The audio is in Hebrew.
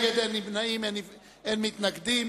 נגד ההתנגדות,